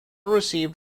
received